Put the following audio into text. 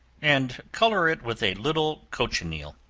and color it with a little cochineal.